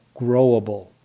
growable